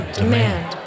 demand